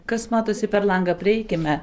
kas matosi per langą prieikime